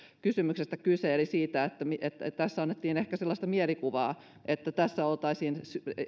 kysymyksestä kyse kun tässä annettiin ehkä sellaista mielikuvaa että tässä oltaisiin